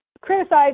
Criticized